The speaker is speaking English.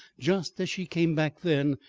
just as she came back then,